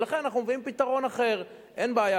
ולכן אנחנו מביאים פתרון אחר: אין בעיה,